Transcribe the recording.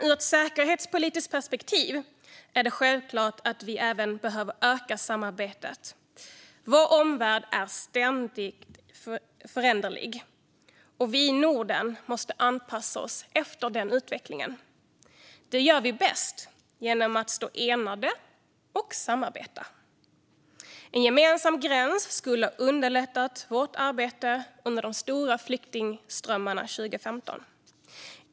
Ur ett säkerhetspolitiskt perspektiv är det självklart att vi även behöver utöka samarbetet. Vår omvärld är ständigt föränderlig, och vi i Norden måste anpassa oss efter den utvecklingen. Det gör vi bäst genom att stå enade och samarbeta. En gemensam gräns skulle ha underlättat vårt arbete under de stora flyktingströmmarna 2015.